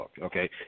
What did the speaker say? okay